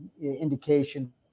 indication